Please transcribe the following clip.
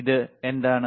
ഇത് എന്താണ്